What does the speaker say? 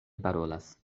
parolas